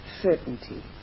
certainty